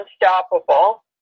unstoppable